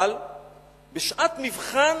אבל בשעת מבחן